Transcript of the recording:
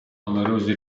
numerosi